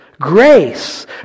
Grace